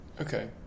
Okay